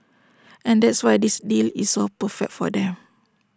and that's why this deal is so perfect for them